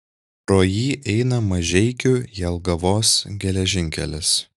pro jį eina mažeikių jelgavos geležinkelis